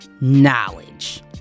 knowledge